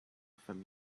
from